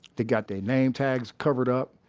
they got they name tags covered up,